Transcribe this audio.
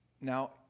Now